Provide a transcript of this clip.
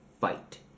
fight